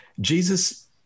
Jesus